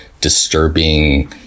disturbing